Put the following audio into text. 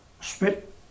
spit